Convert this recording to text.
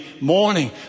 morning